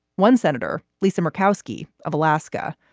one senator, lisa murkowski of alaska.